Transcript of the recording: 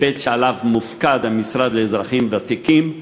היבט שעליו מופקד המשרד לאזרחים ותיקים.